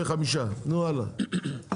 14:35. אני נועל את הישיבה.